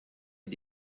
est